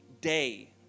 day